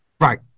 Right